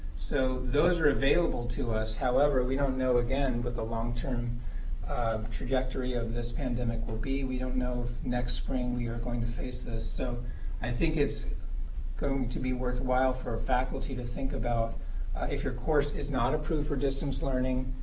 so those are available to us. however, we don't know again what the long-term trajectory of this pandemic will be. we don't know if next spring we are going to face this, so i think it's going to be worthwhile for faculty to think about if your course is not approved for distance-learning,